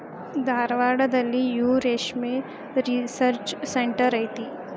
ಧಾರವಾಡದಲ್ಲಿಯೂ ರೇಶ್ಮೆ research centre ಐತಿ